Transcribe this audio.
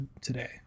today